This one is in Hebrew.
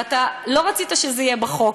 ואתה לא רצית שזה יהיה בחוק,